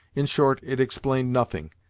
in short it explained nothing,